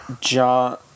John